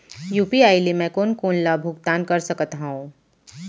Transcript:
UPI ले मैं कोन कोन ला भुगतान कर सकत हओं?